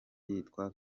yitwa